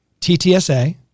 TTSA